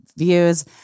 views